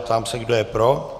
Ptám se, kdo je pro.